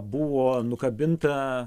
buvo nukabinta